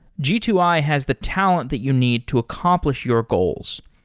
g two i has the talent that you need to accomplish your goals.